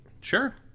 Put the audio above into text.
Sure